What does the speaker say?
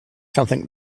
something